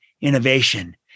innovation